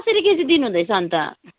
कसरी केजी दिनुहुँदैछ अन्त